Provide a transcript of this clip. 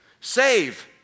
save